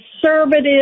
conservative